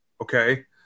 Okay